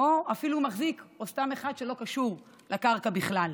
או אפילו מחזיק או סתם אחד שלא קשור לקרקע בכלל.